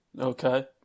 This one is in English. Okay